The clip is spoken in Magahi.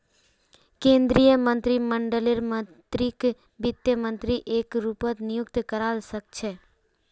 केन्द्रीय मन्त्रीमंडललेर मन्त्रीकक वित्त मन्त्री एके रूपत नियुक्त करवा सके छै